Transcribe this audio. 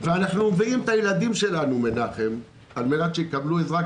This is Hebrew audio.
ואנחנו מביאים את הילדים שלנו על מנת שיקבלו עזרה,